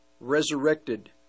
resurrected